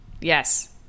Yes